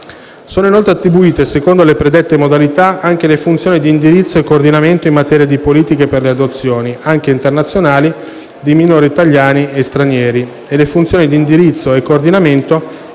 Sono inoltre attribuite, secondo le predette modalità, anche le funzioni di indirizzo e coordinamento in materia di politiche per le adozioni, anche internazionali, di minori italiani e stranieri e le funzioni di indirizzo e coordinamento